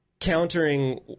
countering